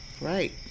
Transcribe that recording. Right